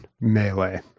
melee